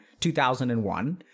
2001